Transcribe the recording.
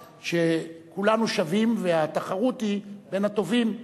שכולנו שווים והתחרות היא בין הטובים,